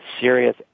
serious